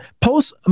post